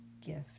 gift